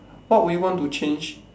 what you want to change